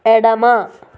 ఎడమ